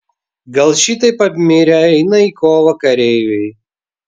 gal šitaip apmirę eina į kovą kareiviai